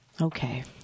Okay